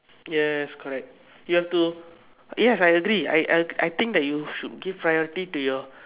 yes correct you have to yes I agree I I'll I think you should give priority to your